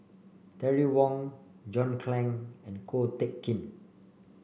Terry Wong John Clang and Ko Teck Kin